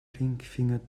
ringfinger